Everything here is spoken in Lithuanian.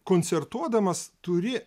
koncertuodamas turi